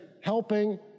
helping